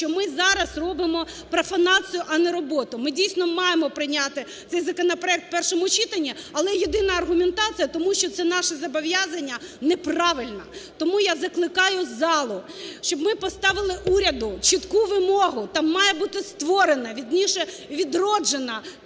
що ми зараз робимо профанацію, а не роботу, ми дійсно маємо прийняти цей законопроект в першому читанні, але єдина аргументація, тому що це наші зобов'язання неправильна. Тому я закликаю залу, щоб ми поставили уряду чітку вимогу, там має бути створена, вірніше,